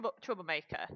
Troublemaker